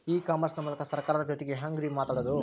E commerce ಮೂಲಕ ಸರ್ಕಾರದ ಜೊತಿಗೆ ಹ್ಯಾಂಗ್ ರೇ ಮಾತಾಡೋದು?